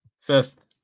Fifth